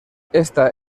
esta